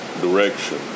direction